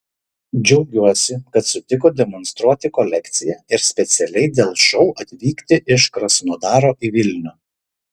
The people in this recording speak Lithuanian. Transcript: džiaugiuosi kad sutiko demonstruoti kolekciją ir specialiai dėl šou atvykti iš krasnodaro į vilnių